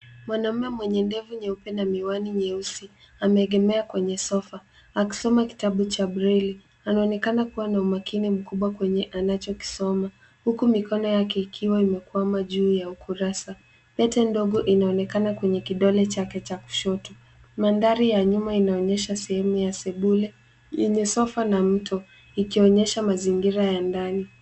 Mwanamume mwenye ndevu nyeupe na miwani mieusi ameegemea kwenye sofa akisoma kitabu cha breli. Anaonekana kuwa na umakini mkubwa kwenye anachokisoma, huku mikono yake ikiwa imekwama juu ya ukurasa. Pete ndogo inaonekana kwenye kidole chake cha kushoto. Mandhari ya nyuma inaonyesha sehemu ya sebule yenye sofa na mto ikionyesha mazingira ya ndani.